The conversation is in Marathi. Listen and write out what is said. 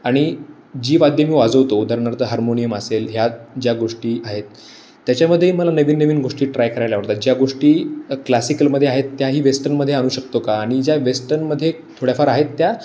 आणि जी वाद्यं मी वाजवतो उदाहरणार्थ हार्मोनियम असेल ह्या ज्या गोष्टी आहेत त्याच्यामध्येही मला नवीन नवीन गोष्टी ट्राय करायला आवडतात ज्या गोष्टी क्लासिकलमध्ये आहेत त्याही वेस्टनमध्ये आणू शकतो का आणि ज्या वेस्टनमध्ये थोड्याफार आहेत त्या